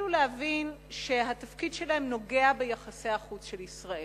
יתחילו להבין שהתפקיד שלהם נוגע ביחסי החוץ של ישראל.